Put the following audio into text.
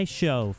show